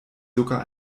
sogar